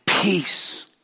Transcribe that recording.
peace